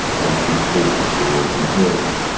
they should forfeit their inheritance.